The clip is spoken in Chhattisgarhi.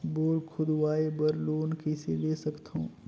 बोर खोदवाय बर लोन कइसे ले सकथव?